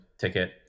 ticket